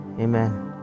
amen